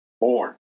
born